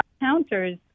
counters